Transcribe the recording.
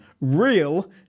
real